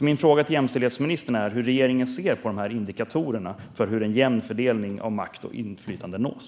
Hur ser regeringen på dessa indikatorer för hur en jämn fördelning av makt och inflytande nås?